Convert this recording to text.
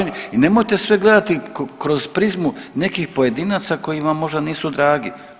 I nemojte sve gledati kroz prizmu nekih pojedinaca koji vam možda nisu dragi.